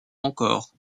encore